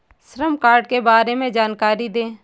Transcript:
श्रम कार्ड के बारे में जानकारी दें?